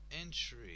entry